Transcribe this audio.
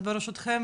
אז ברשותכם,